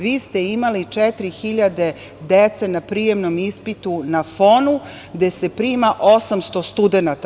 Vi ste imali 4.000 dece na prijemnom ispitu, na FON-u, gde se prima 800 studenata.